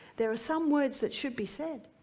there are some words that should be said.